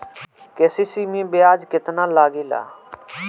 KCC मै ब्याज केतनि लागेला?